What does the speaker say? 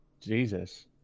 Jesus